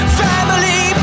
family